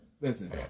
Listen